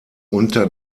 unter